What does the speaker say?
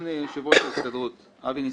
כבוד יושב-ראש ההסתדרות אבי ניסנקורן.